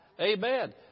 Amen